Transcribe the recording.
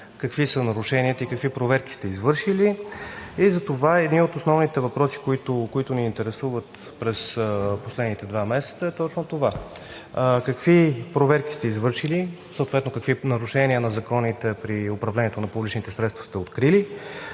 какви са нарушенията и какви проверки сте извършили? Затова един от основните въпроси, които ни интересуват през последните два месеца, е точно това: какви проверки сте извършили, съответно какви нарушения на законите при управлението на публичните средства сте открили